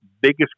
biggest